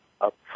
up